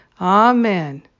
Amen